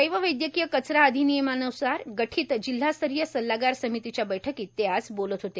जैव वैद्यकीय कचरा अधिनियमान्सार गठित जिल्हास्तरीय सल्लागार समितीच्या बैठकीत ते आज बोलत होते